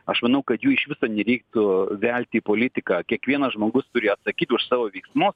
aš manau kad jų iš viso nereiktų velti į politiką kiekvienas žmogus turi atsakyt už savo veiksmus